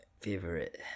Favorite